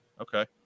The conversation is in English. Okay